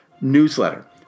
newsletter